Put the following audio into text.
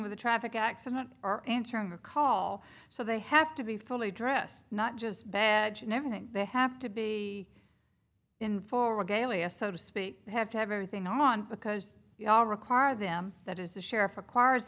with a traffic accident or answering a call so they have to be fully dressed not just badge and everything they have to be in for regalia so to speak have to have everything on because you all require them that is the sheriff requires